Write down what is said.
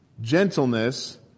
Gentleness